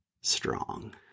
strong